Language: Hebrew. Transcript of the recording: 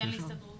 הסתדרות